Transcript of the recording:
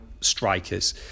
strikers